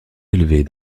élevée